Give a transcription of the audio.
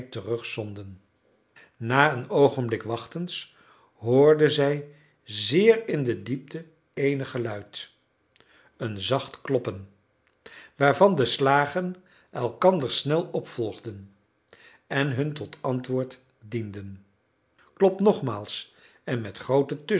sein terugzonden na een oogenblik wachtens hoorden zij zeer in de diepte eenig geluid een zacht kloppen waarvan de slagen elkander snel opvolgden en hun tot antwoord dienden klop nogmaals en met groote